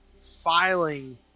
filing